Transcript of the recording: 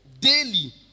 daily